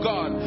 God